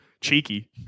cheeky